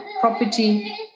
property